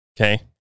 Okay